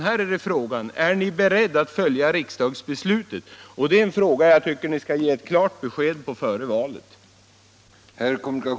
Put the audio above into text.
Här är frågan: Är ni beredd att följa riksdagsbeslutet? Och det är en fråga som jag tycker att ni skall lämna klart besked om före valet.